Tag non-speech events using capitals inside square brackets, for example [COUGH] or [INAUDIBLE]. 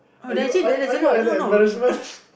are you are you are you an embarrassment [LAUGHS]